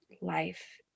Life